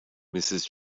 mrs